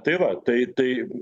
tai va tai tai